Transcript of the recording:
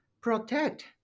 protect